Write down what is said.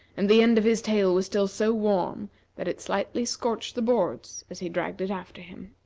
and the end of his tail was still so warm that it slightly scorched the boards as he dragged it after him.